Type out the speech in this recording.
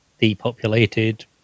depopulated